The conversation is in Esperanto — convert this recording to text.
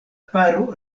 paro